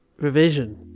revision